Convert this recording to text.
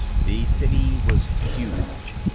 the city was huge,